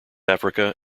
africa